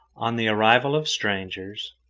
on the arrival of strangers,